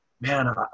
man